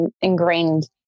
ingrained